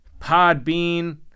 Podbean